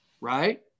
right